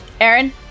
Aaron